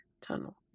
tunnel